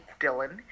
Dylan